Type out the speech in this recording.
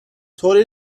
طوری